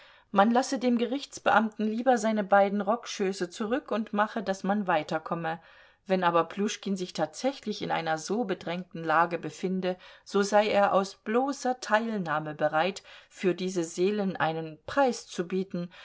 man lasse dem gerichtsbeamten lieber seine beiden rockschöße zurück und mache daß man weiterkomme wenn aber pljuschkin sich tatsächlich in einer so bedrängten lage befinde so sei er aus bloßer teilnahme bereit für diese seelen einen preis zu bieten